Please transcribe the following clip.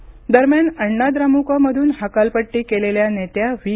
सुटका दरम्यान अण्णा द्रमुकमधून हकालपट्टी केलेल्या नेत्या व्ही